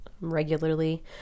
regularly